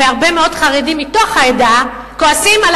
והרבה מאוד חרדים מתוך העדה כועסים על